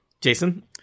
Jason